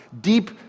Deep